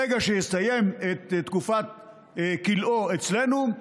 ברגע שיסיים את תקופת כלאו אצלנו,